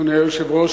אדוני היושב-ראש,